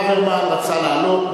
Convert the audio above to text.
ברוורמן רצה להעלות,